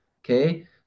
Okay